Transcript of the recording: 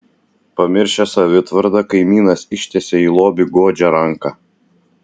pamiršęs savitvardą kaimynas ištiesia į lobį godžią ranką